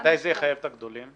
מתי זה יחייב את הגדולים?